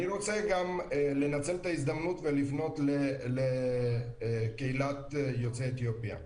אני רוצה גם לנצל את ההזדמנות ולפנות לקהילת יוצאי אתיופיה ולבקש,